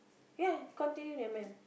ya continue never mind